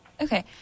Okay